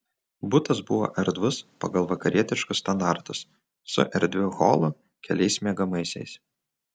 butas buvo erdvus pagal vakarietiškus standartus su erdviu holu keliais miegamaisiais